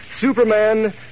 Superman